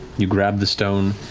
you grab the stone,